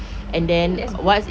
I think that's good